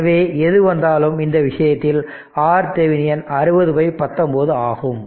எனவே எது வந்தாலும் இந்த விஷயத்தில் RThevenin 60 19 ஆகும்